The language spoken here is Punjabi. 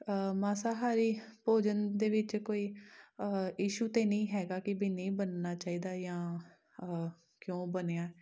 ਮਾਸਾਹਾਰੀ ਭੋਜਨ ਦੇ ਵਿੱਚ ਕੋਈ ਇਸ਼ੂ ਤਾਂ ਨਹੀਂ ਹੈਗਾ ਕਿ ਵੀ ਨਹੀਂ ਬਣਨਾ ਚਾਹੀਦਾ ਜਾਂ ਕਿਉਂ ਬਣਿਆ